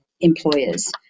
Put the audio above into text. employers